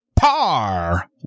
par